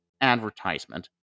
advertisement